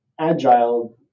agile